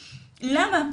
למה?